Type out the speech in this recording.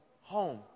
home